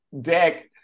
deck